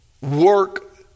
work